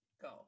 go